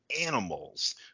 animals